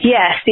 Yes